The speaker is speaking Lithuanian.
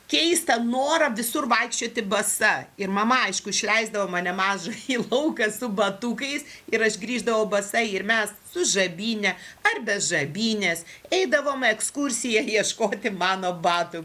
keistą norą visur vaikščioti basa ir mama aišku išleisdavo mane mažą į lauką su batukais ir aš grįždavau basa ir mes su žabyne ar be žabynės eidavom ekskursiją ieškoti mano batų